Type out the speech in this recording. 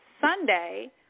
Sunday